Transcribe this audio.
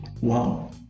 Wow